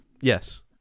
Yes